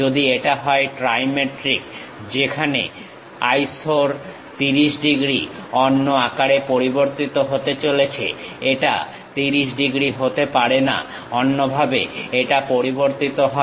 যদি এটা হয় ট্রাইমেট্রিক যেখানে আইসোর 30 ডিগ্রী অন্য আকারে পরিবর্তিত হতে চলেছে এটা 30 ডিগ্রী হতে পারে না অন্যভাবে এটা পরিবর্তিত হয়